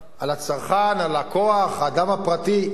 על הצרכן, על הלקוח, האדם הפרטי.